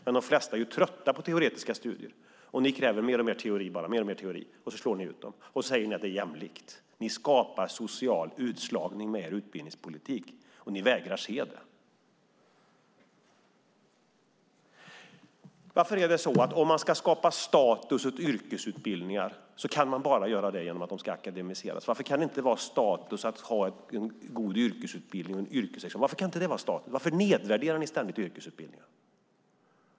De flesta är trötta på teoretiska studier, men ni kräver mer och mer teori. Ni slår ut dem, och så säger ni att det är jämlikt. Ni skapar social utslagning med er utbildningspolitik, och ni vägrar se det. Varför skapar man status åt yrkesutbildningar bara genom att akademisera dem? Varför kan det inte vara status att ha en god yrkesutbildning och yrkesexamen? Varför nedvärderar ni ständigt yrkesutbildningen?